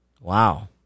Wow